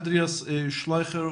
מר אנדריאס שלייכר,